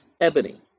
Ebony